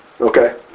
Okay